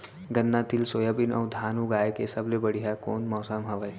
गन्ना, तिल, सोयाबीन अऊ धान उगाए के सबले बढ़िया कोन मौसम हवये?